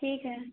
ठीक है